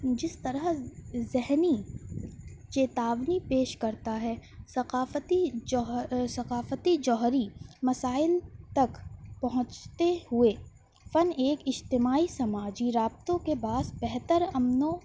جس طرح ذہنی چیتاونی پیش کرتا ہے ثقافتی جوہر ثقافتی جوہری مسائل تک پہنچتے ہوئے فن ایک اجتماعی سماجی رابطوں کے باعث بہتر امن و